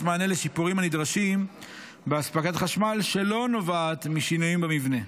מענה לשיפורים הנדרשים באספקת חשמל שלא נובעת משינויים במבנה.